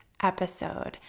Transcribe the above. episode